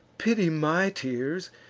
pity my tears,